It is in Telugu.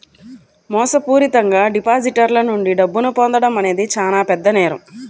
మోసపూరితంగా డిపాజిటర్ల నుండి డబ్బును పొందడం అనేది చానా పెద్ద నేరం